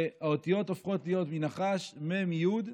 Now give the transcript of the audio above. והאותיות הופכיות להיות, מנחש למ"מ, יו"ד,